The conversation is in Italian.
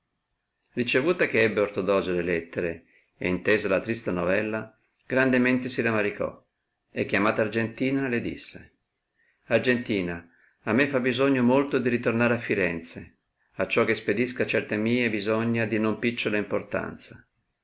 ricevute che ebbe ortodosio le lettere e intesa la trista novella grandemente si ramaricò e chiamata argentina le disse argentina a me fa bisogno molto di ritornar a firenze acciò che ispedisca certe mie bisogna di non picciola importanza